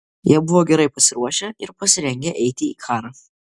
jie buvo gerai pasiruošę ir pasirengę eiti į karą